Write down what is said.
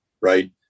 right